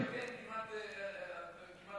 המחיר למשתכן כמעט לא,